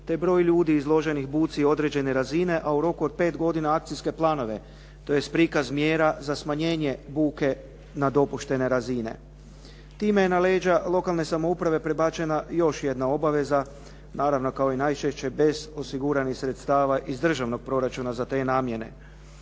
te broj ljudi izloženih buci određene razine, a u roku od 5 godina akcijske planove, tj. prikaz mjera za smanjenje buke na dopuštene razine. Time je na leđa lokalne samouprave prebačena još jedna obaveza, naravno kao i najčešće bez osiguranih sredstava iz državnog proračuna za te namjene.